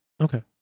Okay